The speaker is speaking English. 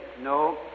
No